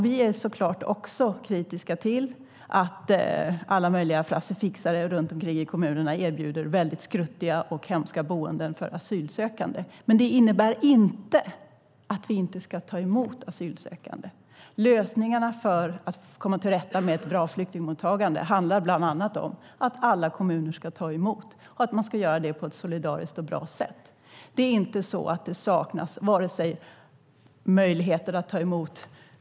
Vi är såklart också kritiska till att alla möjliga fixare runt omkring i kommunerna erbjuder väldigt skruttiga och hemska boenden för asylsökande. Men det innebär inte att vi inte ska ta emot asylsökande. Lösningarna för att få ett bra flyktingmottagande handlar bland annat om att alla kommuner ska ta emot och att man ska göra det på ett solidariskt och bra sätt. Det är inte så att det saknas möjligheter.